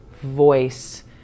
voice